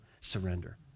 Surrender